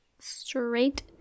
straight